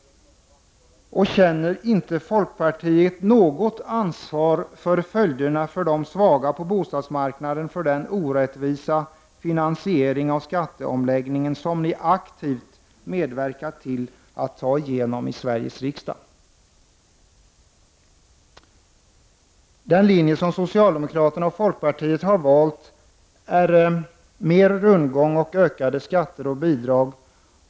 Känner inte folkpartiet något ansvar för följderna för de svaga på bostadsmarknaden av den orättvisa finansiering av skatteomläggningen som ni aktivt medverkat till att föra igenom i Sveriges riksdag? Den linje som socialdemokraterna och folkpartiet har valt är mer rundgång med ökade skatter och bidrag.